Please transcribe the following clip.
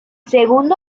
segundo